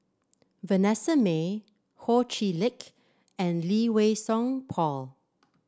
Vanessa Mae Ho Chee Lick and Lee Wei Song Paul